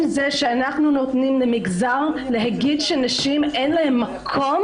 זה שאנחנו נותנים למגזר להגיד שלנשים אין מקום